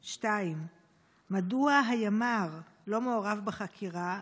2. מדוע הימ"ר לא מעורב בחקירה,